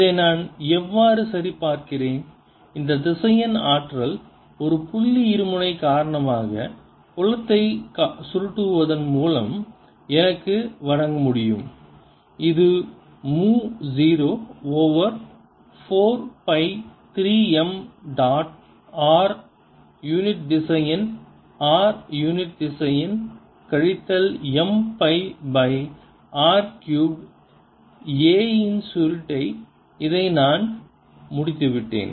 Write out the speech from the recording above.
இதை நான் எவ்வாறு சரிபார்க்கிறேன் இந்த திசையன் ஆற்றல் ஒரு புள்ளி இருமுனை காரணமாக புலத்தை சுருட்டுவதன் மூலம் எனக்கு வழங்க முடியும் இது மு 0 over 4 pi 3 m dot r unit திசையன் r யூனிட் திசையன் கழித்தல் m pi R cube A இன் சுருட்டை இதை நான் முடித்துவிட்டேன்